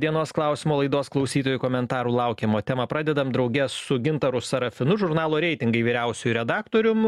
dienos klausimo laidos klausytojų komentarų laukiam o temą pradedam drauge su gintaru serafinu žurnalo reitingai vyriausiuoju redaktorium